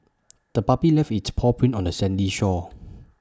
the puppy left its paw prints on the sandy shore